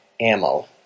ammo